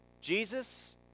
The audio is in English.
Jesus